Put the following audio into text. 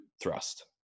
thrust